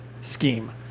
Scheme